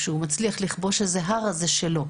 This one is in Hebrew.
כשהוא מצליח לכבוש איזה הר, אז זה שלו.